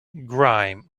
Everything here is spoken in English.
grime